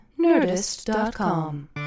nerdist.com